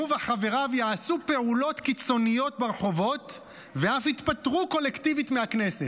הוא וחבריו יעשו פעולות קיצוניות ברחובות ואף יתפטרו קולקטיבית מהכנסת.